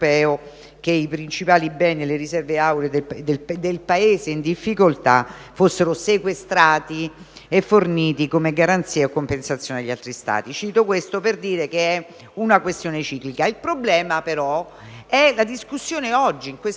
i principali beni e le riserve auree del Paese in difficoltà fossero sequestrati e forniti come garanzia e a compensazione agli altri Stati. Ricordo questo per dire che è una questione ciclica. Il problema però è la discussione oggi, in questo momento.